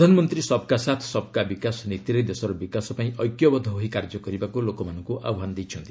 ପ୍ରଧାନମନ୍ତ୍ରୀ 'ସବ୍ କା ସାଥ୍ ସବ୍ କା ବିକାଶ' ନୀତିରେ ଦେଶର ବିକାଶ ପାଇଁ ଏକ୍ୟବଦ୍ଧ ହୋଇ କାର୍ଯ୍ୟ କରିବାକୁ ଲୋକମାନଙ୍କୁ ଆହ୍ୱାନ ଦେଇଛନ୍ତି